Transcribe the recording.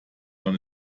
man